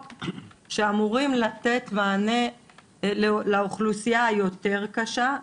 שאמורים לתת מענה לאוכלוסייה היותר קשה.